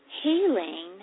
Healing